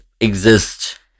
exist